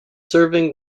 serving